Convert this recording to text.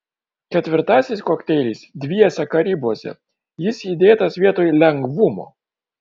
ketvirtasis kokteilis dviese karibuose jis įdėtas vietoj lengvumo